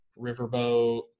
Riverboat